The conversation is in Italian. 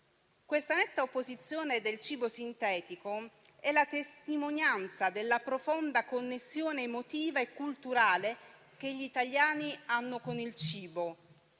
Questa netta opposizione al cibo sintetico è la testimonianza della profonda connessione emotiva e culturale che gli italiani hanno con il cibo.